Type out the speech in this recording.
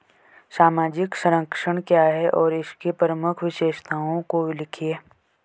सामाजिक संरक्षण क्या है और इसकी प्रमुख विशेषताओं को लिखिए?